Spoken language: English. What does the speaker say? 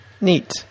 Neat